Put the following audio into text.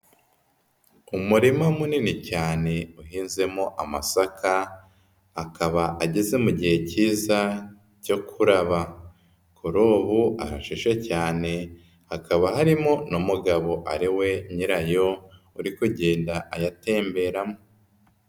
Umurima munini cyane uhinzemo amasaka akaba ageze mu gihe kiza cyo kuraba, kuri ubu arashishe cyane hakaba harimo n'umugabo ari we nyira yo uri kugenda ayatemberamo.